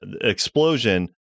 explosion